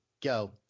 go